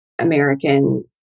American